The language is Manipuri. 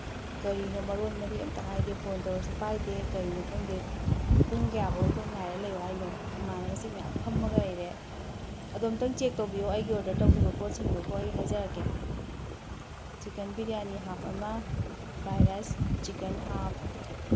ꯀꯔꯤꯅꯣ ꯃꯔꯣꯟ ꯃꯔꯤ ꯑꯝꯇ ꯍꯥꯏꯗꯦ ꯐꯣꯟ ꯇꯧꯔꯁꯨ ꯄꯥꯏꯗꯦ ꯀꯩꯅꯣ ꯈꯪꯗꯦ ꯄꯨꯡ ꯀꯌꯥꯕꯨꯛ ꯑꯩꯈꯣꯏ ꯉꯥꯏꯔ ꯂꯩꯌꯣ ꯍꯥꯏꯅꯣ ꯏꯃꯥꯟꯅꯕꯁꯤꯡ ꯃꯌꯥꯝ ꯐꯝꯃꯒ ꯂꯩꯔꯦ ꯑꯗꯣ ꯑꯝꯇꯪ ꯆꯦꯛ ꯇꯧꯕꯤꯌꯣ ꯑꯩ ꯑꯣꯔꯗꯔ ꯇꯧꯈꯤꯕ ꯄꯣꯠꯁꯤꯡꯗꯣ ꯀꯣ ꯑꯩ ꯍꯥꯏꯖꯔꯛꯀꯦ ꯆꯤꯛꯀꯟ ꯕꯤꯔꯌꯥꯅꯤ ꯍꯥꯞ ꯑꯃ ꯐ꯭ꯔꯥꯏ ꯔꯥꯏꯁ ꯆꯤꯛꯀꯟ ꯍꯥꯞ